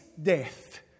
death